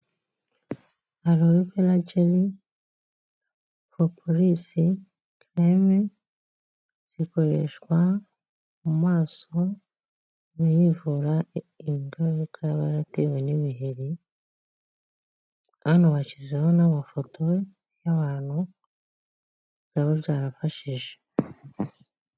Arowe vera jeri poropirisi kereme zikoreshwa mu maso umuntu yivura ingaruka aba yaratewe n'ibiheri. Hano bashyizeho n'amafoto y'abantu byaba byarafashije.